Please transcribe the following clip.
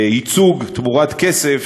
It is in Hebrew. חלק מהם מצטיינים בלימודיהם,